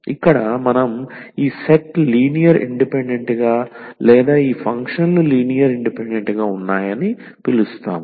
ఇక్కడ మనం ఈ సెట్ లీనియర్ ఇండిపెండెంట్ గా లేదా ఈ ఫంక్షన్లు లీనియర్ ఇండిపెండెంట్ గా ఉన్నాయని పిలుస్తాము